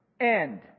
end